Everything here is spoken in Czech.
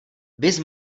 viz